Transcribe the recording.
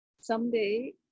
someday